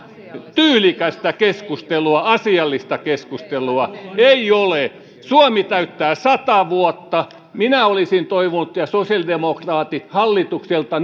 tyylikästä keskustelua asiallista keskustelua ei ole suomi täyttää sata vuotta minä olisin toivonut ja sosiaalidemokraatit hallitukselta